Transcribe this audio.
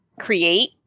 create